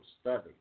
study